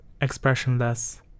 expressionless